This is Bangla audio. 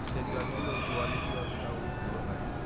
সেই জলগুলোর কোয়ালিটি অতটাও ভালো হয় না